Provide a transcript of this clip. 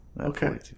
Okay